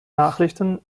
nachrichten